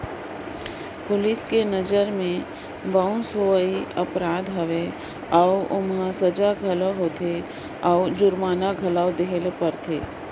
police कर नंजर में बाउंस होवई अपराध हवे अउ ओम्हां सजा घलो होथे अउ जुरमाना घलो देहे ले परथे